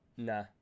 Nah